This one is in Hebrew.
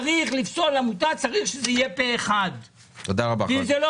צריך לפסול עמותה רק אם זה פה-אחד ואם זה לא